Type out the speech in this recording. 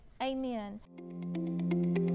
Amen